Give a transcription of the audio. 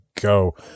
go